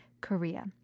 Korea